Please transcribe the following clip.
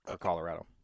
colorado